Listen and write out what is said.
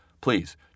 Please